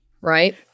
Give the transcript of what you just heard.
right